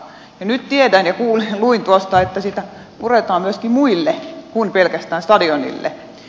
nyt tiedän ja luin tuosta että siitä puretaan myöskin muille kuin pelkästään stadionille